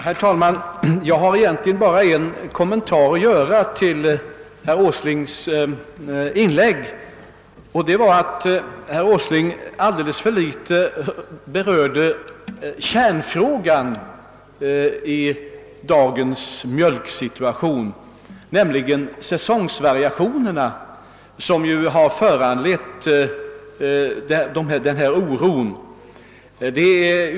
Herr talman! Jag har egentligen bara en kommentar att göra till herr Åslings inlägg. Jag anser att herr Åsling alldeles för litet berörde kärnfrågan i dagens mjölksituation, nämligen säsongvariationerna, som är det som har föranlett oron.